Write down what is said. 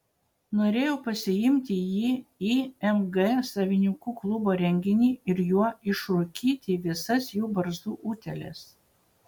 norėjau pasiimti jį į mg savininkų klubo renginį ir juo išrūkyti visas jų barzdų utėles